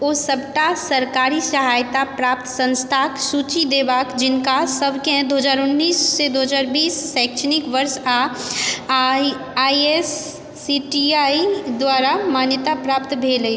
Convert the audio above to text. ओ सभटा सरकारी सहायता प्राप्त संस्थानक सूची देबाक जिनका सभकेँ दू हजार उन्नैस से दू हजार बीस शैक्षणिक वर्ष आ I S C T I द्वारा मान्यताप्राप्त भेल अछि